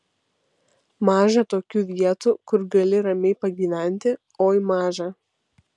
maža tokių vietų kur gali ramiai pagyventi oi maža